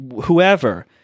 whoever